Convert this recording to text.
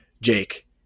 Jake